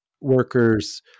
workers